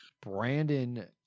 Brandon